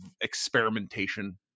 experimentation